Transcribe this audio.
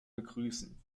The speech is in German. begrüßen